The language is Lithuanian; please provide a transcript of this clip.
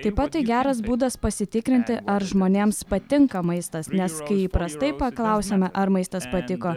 taip pat tai geras būdas pasitikrinti ar žmonėms patinka maistas nes kai įprastai paklausiame ar maistas patiko